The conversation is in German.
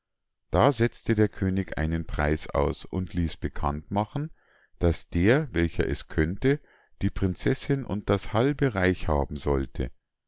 da setzte der könig einen preis aus und ließ bekannt machen daß der welcher es könnte die prinzessinn und das halbe reich haben sollte